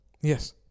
Yes